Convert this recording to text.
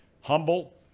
Humble